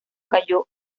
cayó